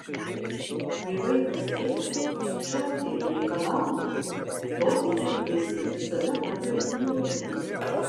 kai vaikas rėkia šaukia ir reikalauja tokį elgesį visada patariu ignoruoti